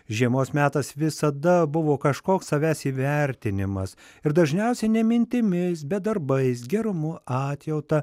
žiemos metas visada buvo kažkoks savęs įvertinimas ir dažniausiai ne mintimis bet darbais gerumu atjauta